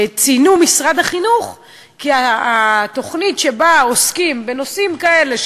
ציינו נציגים ממשרד החינוך כי התוכנית שבה עוסקים בנושאים האלה,